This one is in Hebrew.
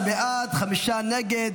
ההצעה להעביר